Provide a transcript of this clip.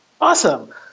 Awesome